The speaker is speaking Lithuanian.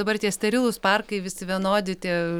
dabar tie sterilūs parkai visi vienodi tie